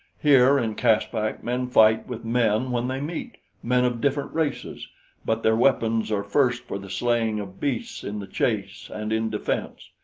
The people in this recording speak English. here, in caspak, men fight with men when they meet men of different races but their weapons are first for the slaying of beasts in the chase and in defense.